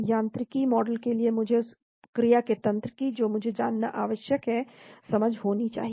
यांत्रिकी मॉडल के लिए मुझे उस क्रिया के तंत्र की जो मुझे जानना आवश्यक है समझ होनी चाहिए